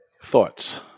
Thoughts